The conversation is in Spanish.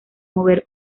mover